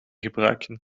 gebruiken